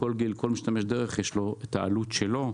לכל גיל ולכל משתמש דרך יש העלות שלו.